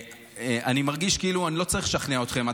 אני מרגיש שאני לא צריך לשכנע אתכם,